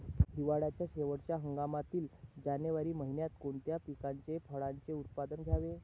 हिवाळ्याच्या शेवटच्या हंगामातील जानेवारी महिन्यात कोणत्या पिकाचे, फळांचे उत्पादन घ्यावे?